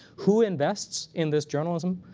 who invests in this journalism?